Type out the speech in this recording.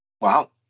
wow